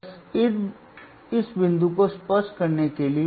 बस इस बिंदु को स्पष्ट करने के लिए